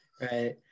Right